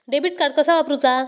Debit card कसा वापरुचा?